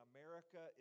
America